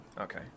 Okay